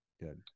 Good